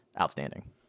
outstanding